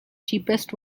cheapest